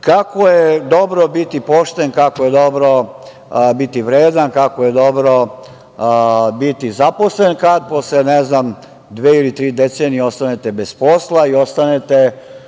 kako je dobro biti pošten, kako je dobro biti vredan, kako je dobro biti zaposlen, kako se, ne znam, dve ili tri decenije ostanete bez posla i ostanete